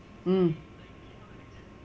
mm